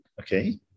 Okay